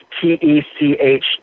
T-E-C-H